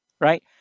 right